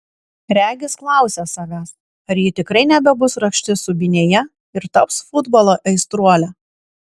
regis klausia savęs ar ji tikrai nebebus rakštis subinėje ir taps futbolo aistruole